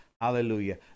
hallelujah